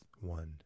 one